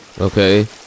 okay